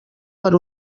per